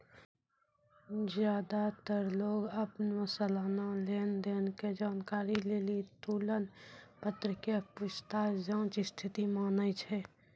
ज्यादातर लोग अपनो सलाना लेन देन के जानकारी लेली तुलन पत्र के पूछताछ जांच स्थिति मानै छै